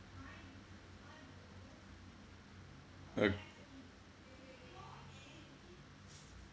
uh